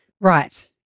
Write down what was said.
Right